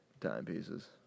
timepieces